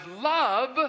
love